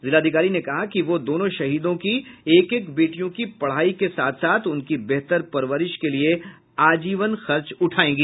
जिलाधिकारी ने कहा कि वो दोनों शहीदों की एक एक बेटियों की पढ़ाई के साथ साथ उनकी बेहतर परवरिश के लिए आजीवन खर्च उठायेंगी